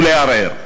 ולערער.